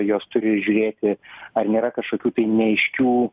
jos turi žiūrėti ar nėra kažkokių tai neaiškių